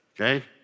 okay